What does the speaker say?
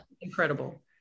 Incredible